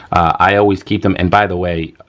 i always keep them and by the way,